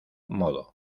modo